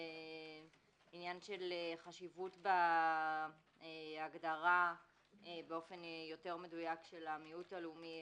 רואים עניין של חשיבות בהגדרה באופן יותר מדויק של המיעוט הלאומי,